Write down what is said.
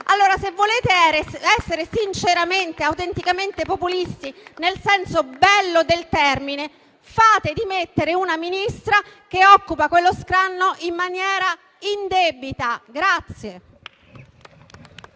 Se volete essere sinceramente e autenticamente populisti nel senso bello del termine, fate dimettere una Ministra che occupa quello scranno in maniera indebita. Grazie!